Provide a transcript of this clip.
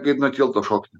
kaip nuo tilto šokt